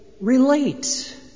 relate